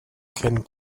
kennt